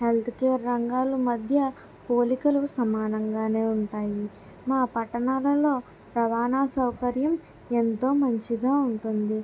health care రంగాలు మధ్య పోలికలు సమానంగానే ఉంటాయి మా పట్టణాలలో రవాణా సౌకర్యం ఎంతో మంచిగా ఉంటుంది